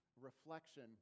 reflection